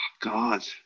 God